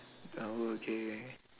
our okay